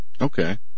Okay